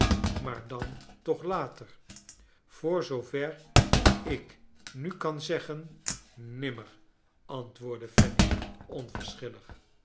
maar dan toch later voor zooveer ik nu kan zeggen nimmer antwoordde